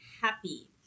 happy